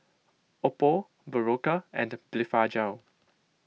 Oppo Berocca and Blephagel